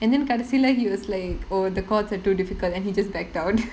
and then கடைசில:kadaisila he was like oh the chords are too difficult and he just backed out